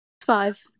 five